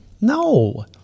no